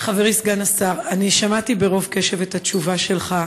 חברי סגן השר, אני שמעתי ברוב קשב את התשובה שלך,